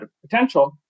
potential